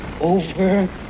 over